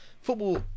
Football